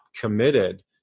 committed